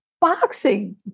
boxing